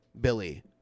Billy